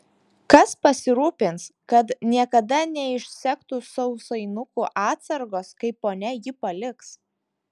kas pasirūpins kad niekada neišsektų sausainukų atsargos kai ponia jį paliks